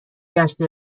گشت